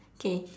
K